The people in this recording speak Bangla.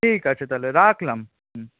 ঠিক আছে তাহলে রাখলাম হুম